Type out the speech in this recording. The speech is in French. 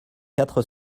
quatre